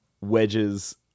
Wedge's